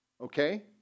Okay